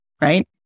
right